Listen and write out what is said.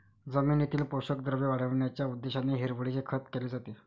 जमिनीतील पोषक द्रव्ये वाढविण्याच्या उद्देशाने हिरवळीचे खत केले जाते